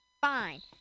Fine